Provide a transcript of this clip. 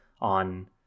on